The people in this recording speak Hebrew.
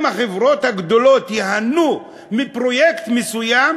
אם החברות הגדולות ייהנו מפרויקט מסוים,